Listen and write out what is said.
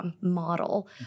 Model